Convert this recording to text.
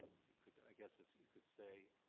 you could. i guess you could say.